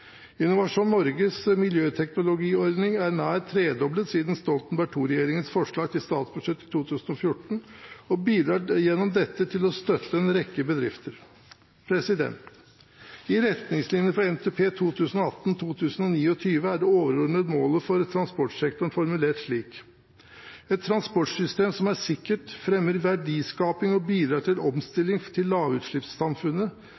Innovasjon Norges miljøteknologiordning er nær tredoblet siden Stoltenberg II-regjeringens forslag til statsbudsjett for 2014 og bidrar gjennom dette til å støtte en rekke bedrifter. I vedlegg 1 til NTP 2018–2029, Grunnlag for klimastrategi, står det: «I retningslinjene for NTP 2018–2029 er det overordnede målet for transportsektoren formulert slik: «Et transportsystem som er sikkert, fremmer verdiskaping og bidrar til